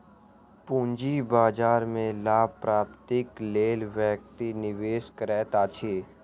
पूंजी बाजार में लाभ प्राप्तिक लेल व्यक्ति निवेश करैत अछि